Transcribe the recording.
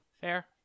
Fair